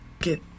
Get